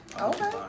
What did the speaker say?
Okay